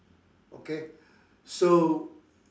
okay so